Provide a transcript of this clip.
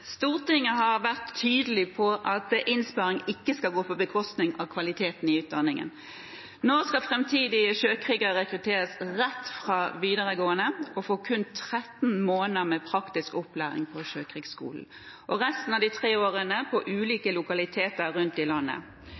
Stortinget tilbake til spørsmål 16. «Stortinget har vært tydelig på at innsparing ikke skal gå på bekostning av kvaliteten i utdanningen. Nå skal fremtidige sjøkrigere rekrutteres rett fra videregående og få kun 13 måneder med praktisk opplæring på Sjøkrigsskolen og resten av de tre årene på ulike lokaliteter rundt i landet.